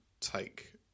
take